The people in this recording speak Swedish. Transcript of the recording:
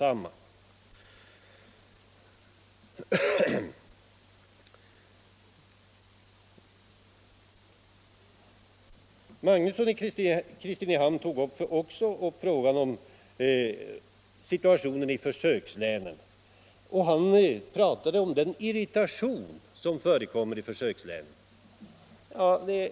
Herr Magnusson i Kristinehamn tog också upp situationen i försökslänen. Han talade om den irritation som förekommer i dessa län.